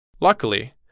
Luckily